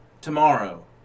tomorrow